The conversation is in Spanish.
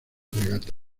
regata